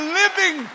living